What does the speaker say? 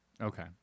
Okay